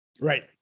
Right